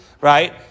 right